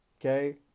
Okay